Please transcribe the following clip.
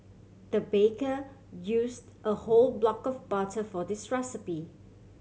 the baker used a whole block of butter for this recipe